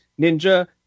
Ninja